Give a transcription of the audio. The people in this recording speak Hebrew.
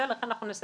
אנחנו נעשה